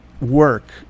work